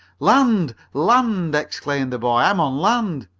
land! land! exclaimed the boy. i'm on land!